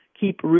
keep